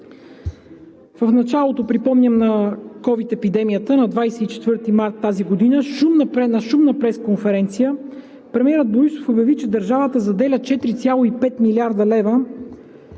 В началото, припомням, на COVID епидемията, на 24 март тази година на шумна пресконференция премиерът Борисов обяви, че държавата заделя 4,5 млрд. лв.